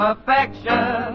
affection